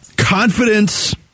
Confidence